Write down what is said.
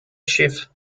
schiff